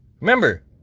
remember